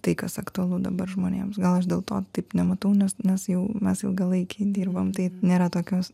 tai kas aktualu dabar žmonėms gal aš dėl to taip nematau nes nes jau mes ilgalaikiai dirbam tai nėra tokios